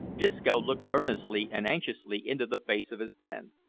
disco looked earnestly and anxiously into the face of his friend.